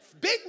big